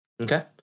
Okay